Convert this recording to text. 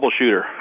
troubleshooter